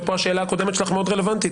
והשאלה הקודמת שלך מאוד רלוונטית.